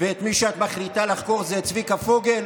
ואת מי שאת מחליטה לחקור זה את צביקה פוגל?